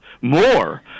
More